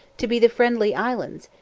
to be the friendly islands,